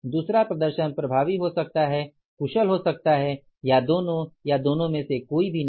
दूसरा प्रदर्शन प्रभावी हो सकता है कुशल हो सकता है या दोनों या दोनों में से कोई भी नहीं